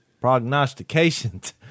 prognostications